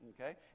okay